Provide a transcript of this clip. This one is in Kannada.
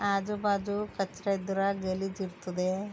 ಆಜು ಬಾಜು ಕಚ್ರ ಇದ್ರೆ ಗಲೀಜು ಇರ್ತದೆ